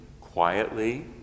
quietly